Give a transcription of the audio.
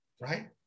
right